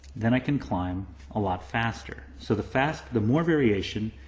then i can climb a lot faster. so the fast, the more variation,